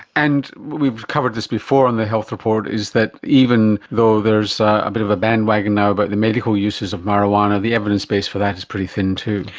and we've covered this before on the health report, that even though there is a bit of a bandwagon now about the medical uses of marijuana, the evidence-base for that is pretty thin too.